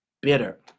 bitter